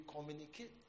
communicate